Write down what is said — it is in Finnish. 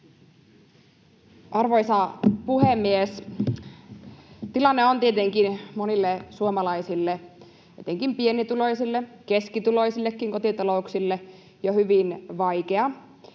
Arvoisa puhemies! Tilanne on tietenkin monille suomalaisille, etenkin pienituloisille, keskituloisillekin kotitalouksille jo hyvin vaikea.